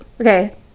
Okay